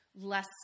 Less